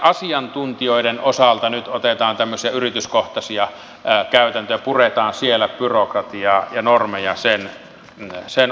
asiantuntijoiden osalta nyt otetaan tämmöisiä yrityskohtaisia käytäntöjä puretaan siellä byrokratiaa ja normeja sen osalta